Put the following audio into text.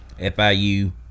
FIU